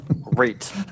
Great